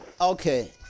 Okay